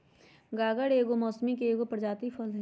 गागर नेबो आ मौसमिके एगो प्रजाति फल हइ